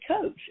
coach